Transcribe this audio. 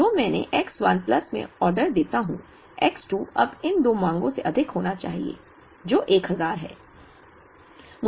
तो जो मैं X 1 प्लस में ऑर्डर देता हूं X 2 अब इन दो मांगों से अधिक होना चाहिए जो 1000 है